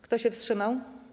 Kto się wstrzymał?